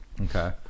okay